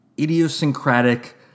idiosyncratic